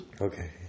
Okay